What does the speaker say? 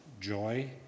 joy